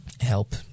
help